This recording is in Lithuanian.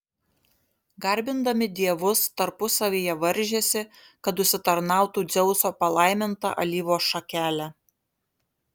garbindami dievus tarpusavyje varžėsi kad užsitarnautų dzeuso palaimintą alyvos šakelę